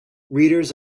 readers